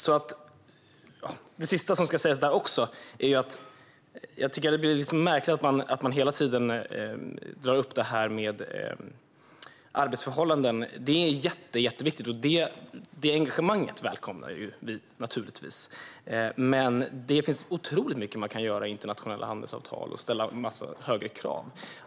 Jag tycker att det blir lite märkligt när man hela tiden tar upp detta med arbetsförhållanden. Det är jätteviktigt, och det engagemanget välkomnar vi naturligtvis. Men det finns otroligt mycket som man kan göra i internationella handelsavtal, som att ställa högre krav.